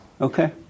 Okay